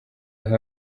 aho